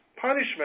punishment